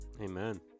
amen